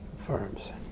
firms